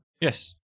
Yes